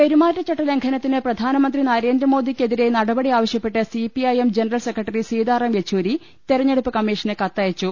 പെരുമാറ്റചട്ടലംഘനത്തിന് പ്രധാനമന്ത്രി നരേന്ദ്രമോദിക്കെതിരെ നടപടി ആവശ്യപ്പെട്ട് C P I M general secretary Sita റാംയെച്ചൂരി തെരഞ്ഞെടുപ്പ് കമ്മീഷന് കത്തയച്ചു